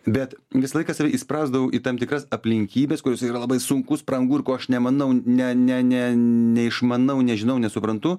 bet visą laiką save įsprausdavau į tam tikras aplinkybes kuriose yra labai sunku sprangu ko aš nemanau ne ne ne neišmanau nežinau nesuprantu